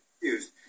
confused